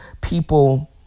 people